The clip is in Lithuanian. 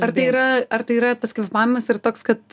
ar tai yra ar tai yra tas kvėpavimas yra toks kad